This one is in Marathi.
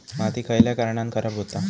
माती खयल्या कारणान खराब हुता?